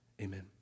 amen